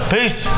Peace